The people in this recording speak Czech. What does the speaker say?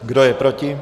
Kdo je proti?